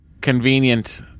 convenient